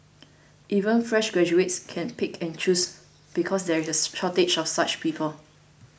even fresh graduates can pick and choose because there is a shortage of such people